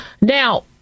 Now